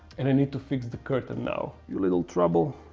and i need to fix the curtain now. you little trouble.